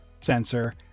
sensor